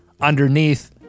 underneath